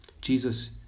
Jesus